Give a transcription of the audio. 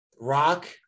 Rock